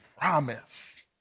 promise